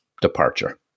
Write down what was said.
departure